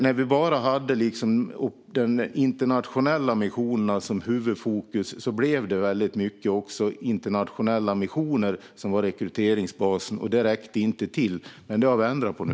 När vi bara hade den internationella missionen som huvudfokus blev också internationella missioner i hög grad rekryteringsbasen, och det räckte inte till. Det har vi dock ändrat på nu.